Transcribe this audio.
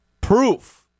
proof